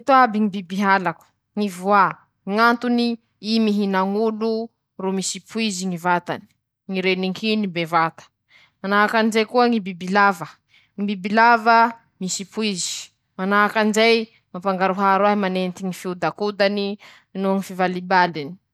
<...>Reto ñy toetsy tsy manam-paharoe anañany ñy kangoro: -Ñy fanañany ñy kangoro ñy tsinafo. Tsinafo o kitapo kelikely io aminy ñy vavoniny ñy kangoro ao andesany ñ'anany laha io mbo kelikely -Manahaky anizay ñy fandehanany ñy kangoro aminy ñy hopiñy, -Manahaky anizay koa ñy fahaiza manao anañany aminy ñy fitsangatsangana zay, -Misy koa ñy fahavonoñany ho biby tsy mianky aminy ñy biby hafa, na hianky am<...>.